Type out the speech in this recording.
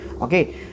okay